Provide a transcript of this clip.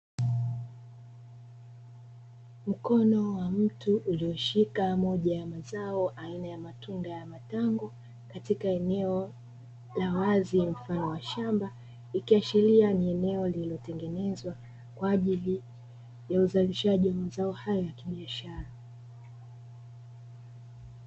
Mkono wa mtu ulioshika moja ya mazao aina ya matunda ya matango katika eneo la wazi mfano wa shamba ikiashiria ni eneo lililotengenezwa kwa ajili ya uzalishaji wa mazao haya ya kibiashara.